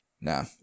no